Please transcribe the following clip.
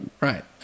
right